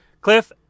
Cliff